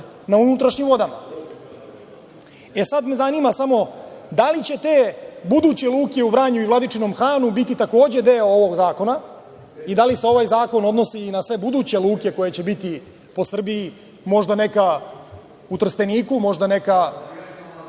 vodima. Zanima me samo da li će te buduće luke u Vranju i Vladičinom Hanu biti takođe deo ovog zakona i da li se ovaj zakon i na sve buduće luke koje će biti po Srbiji, možda neka u Trsteniku, možda neka